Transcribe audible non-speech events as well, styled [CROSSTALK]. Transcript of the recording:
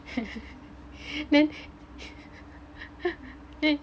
[LAUGHS] then [LAUGHS]